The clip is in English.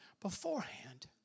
beforehand